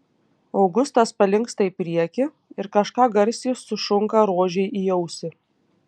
augustas palinksta į priekį ir kažką garsiai sušunka rožei į ausį